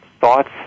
thoughts